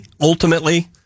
Ultimately